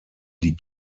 die